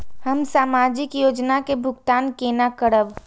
हम सामाजिक योजना के भुगतान केना करब?